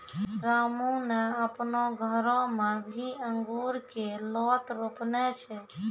रामू नॅ आपनो घरो मॅ भी अंगूर के लोत रोपने छै